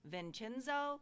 Vincenzo